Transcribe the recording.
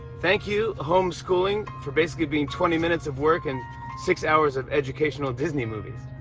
thank you, home schooling, for basically being twenty minutes of work and six hours of educational disney movies.